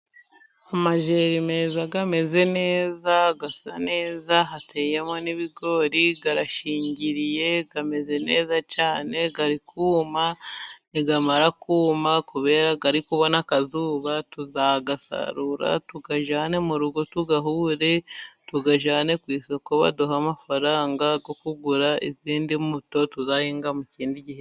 Amajeri meza ameze neza asa neza, hateyemo n'ibigori arashingiriye ameze neza cyane ari kuma, namara Kuma kubera ari kubona akazuba tuzayasarura, tuyajyane mu rugo tuyahure tuyajyane ku isoko baduhe amafaranga, yo kugura izindi mbuto tuzahinga mu kindi gihe.